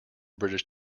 british